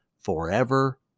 forever